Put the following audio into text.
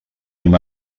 hem